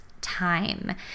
time